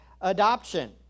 adoption